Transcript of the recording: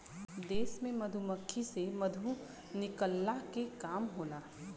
देश में मधुमक्खी से मधु निकलला के काम होला